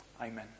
Amen